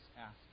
asked